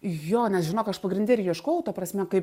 jo nes žinok aš pagrinde ir ieškojau ta prasme kaip